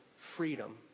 freedom